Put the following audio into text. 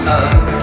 up